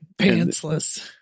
Pantsless